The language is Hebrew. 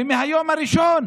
ומהיום הראשון,